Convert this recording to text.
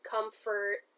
comfort